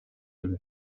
эле